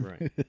right